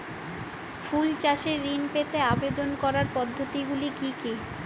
ফুল চাষে ঋণ পেতে আবেদন করার পদ্ধতিগুলি কী?